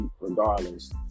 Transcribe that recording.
regardless